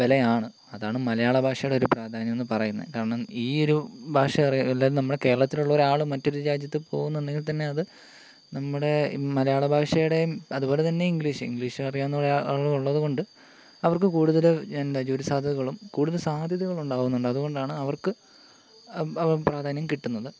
വിലയാണ് അതാണ് മലയാള ഭാഷയുടെ ഒരു പ്രാധാന്യംന്ന് പറയുന്നത് കാരണം ഈ ഒരു ഭാഷ അറിയാവുന്ന അല്ലേൽ കേരളത്തിലുള്ള ഒരാൾ മറ്റൊരു രാജ്യത്ത് പോകുന്നുണ്ടെങ്കിൽ തന്നെ അത് നമ്മുടെ മലയാള ഭാഷയുടെയും അതുപോലെ തന്നെ ഇംഗ്ലീഷ് ഇംഗ്ലീഷ് അറിയാവുന്ന ആളുകൾ ഉള്ളത് കൊണ്ട് അവർക്ക് കൂടുതലും എന്താണ് ജോലി സാധ്യതകളും കൂടുതൽ സാധ്യതകൾ ഉണ്ടാകുന്നുണ്ട് അതുകൊണ്ടാണ് അവർക്ക് പ്രാധാന്യം കിട്ടുന്നത്